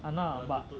ah lah but